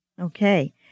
Okay